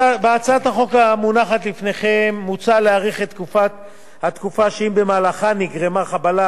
בהצעת החוק המונחת לפניכם מוצע להאריך את התקופה שאם במהלכה נגרמה חבלה,